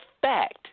fact